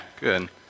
good